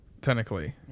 technically